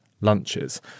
lunches